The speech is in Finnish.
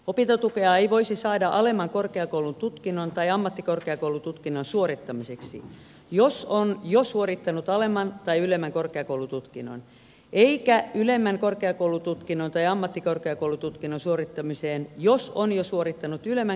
opintotukea ei voisi saada alemman korkeakoulututkinnon tai ammattikorkeakoulututkinnon suorittamiseen jos on jo suorittanut alemman tai ylemmän korkeakoulututkinnon eikä ylemmän korkeakoulututkinnon tai ammattikorkeakoulututkinnon suorittamiseen jos on jo suorittanut ylemmän korkeakoulututkinnon